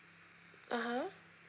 (uh huh)